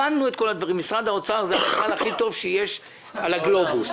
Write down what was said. הבנו את כל הדברים: משרד האוצר הוא המשרד הכי טוב שיש על פני הגלובוס.